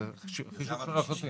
אנחנו צריכים